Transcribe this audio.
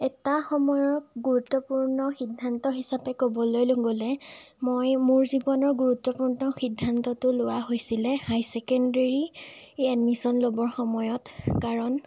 এটা সময়ৰ গুৰুত্বপূৰ্ণ সিদ্ধান্ত হিচাপে ক'বলৈ গ'লে মই মোৰ জীৱনৰ গুৰুত্বপূৰ্ণ সিদ্ধান্তটো লোৱা হৈছিলে হায়াৰ চেকেণ্ডেৰী এডমিশ্যন ল'বৰ সময়ত কাৰণ